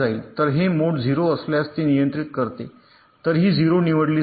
तर हे मोड 0 असल्यास ते नियंत्रित करते तर ही 0 निवडली जाईल